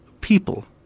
people